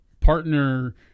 partner